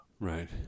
Right